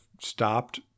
stopped